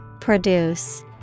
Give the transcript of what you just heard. Produce